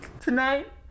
Tonight